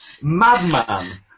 madman